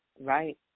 right